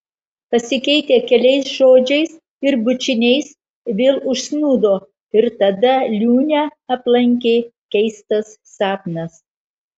pasikeitę keliais žodžiais ir bučiniais vėl užsnūdo ir tada liūnę aplankė keistas sapnas